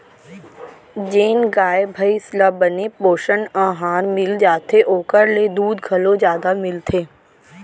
जेन गाय भईंस ल बने पोषन अहार मिल जाथे ओकर ले दूद घलौ जादा मिलथे